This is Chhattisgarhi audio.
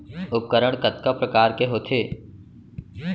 उपकरण कतका प्रकार के होथे?